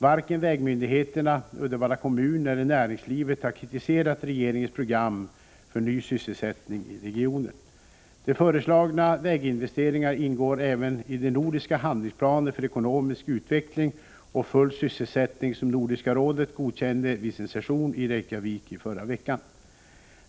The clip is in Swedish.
Varken vägmyndigheterna, Uddevalla kommun eller näringslivet har kritiserat regeringens program för ny sysselsättning i regionen. De föreslagna väginvesteringarna ingår även i den nordiska handlingsplan för ekonomisk utveckling och full sysselsättning som Nordiska rådet godkände vid sin session i Reykjavik i förra veckan.